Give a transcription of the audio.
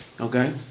Okay